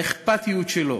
האכפתיות שלו